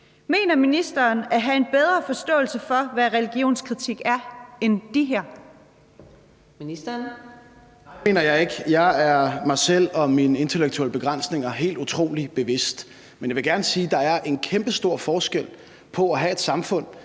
Ministeren. Kl. 14:57 Kirkeministeren (Morten Dahlin): Nej, det mener jeg ikke. Jeg er mig selv og mine intellektuelle begrænsninger helt utrolig bevidst. Men jeg vil gerne sige, at der er en kæmpestor forskel på at have et samfund,